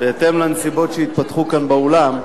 בהתאם לנסיבות שהתפתחו כאן באולם,